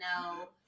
no